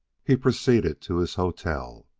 he proceeded to his hotel,